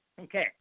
Okay